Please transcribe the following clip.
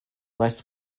less